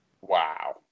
wow